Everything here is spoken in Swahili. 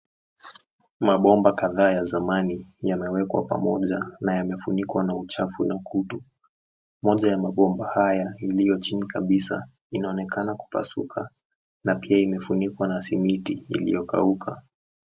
Mabomba kadhaa ya zamani yamewekwa pamoja na yamefunikwa na uchafu na kutu. Mmoja ya mabomba haya iliyo chini kabisa inaonekana kupasuka na pia imefunikwa na simiti iliyokauka.